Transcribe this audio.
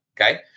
Okay